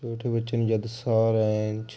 ਛੋਟੇ ਬੱਚੇ ਨੂੰ ਜਦੋਂ ਸਾਹ ਲੈਣ 'ਚ